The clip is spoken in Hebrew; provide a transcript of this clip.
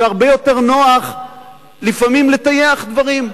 והרבה יותר נוח לפעמים לטייח דברים.